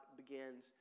begins